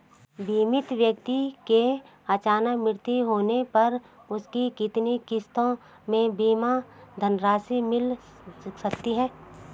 बीमित व्यक्ति के अचानक मृत्यु होने पर उसकी कितनी किश्तों में बीमा धनराशि मिल सकती है?